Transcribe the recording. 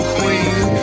queen